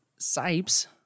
sipes